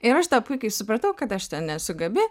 ir aš tą puikiai supratau kad aš nesu gabi